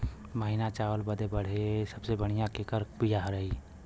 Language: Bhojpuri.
महीन चावल बदे सबसे बढ़िया केकर बिया रही?